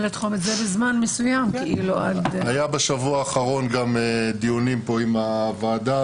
היו בשבוע האחרון דיונים פה עם הוועדה,